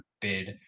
bid